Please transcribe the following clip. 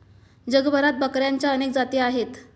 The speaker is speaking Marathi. जगभरात बकऱ्यांच्या अनेक जाती आहेत